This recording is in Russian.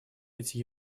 эти